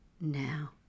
now